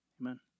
Amen